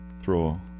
throw